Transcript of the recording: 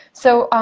so,